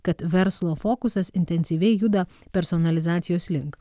kad verslo fokusas intensyviai juda personalizacijos link